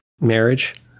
marriage